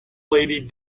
lady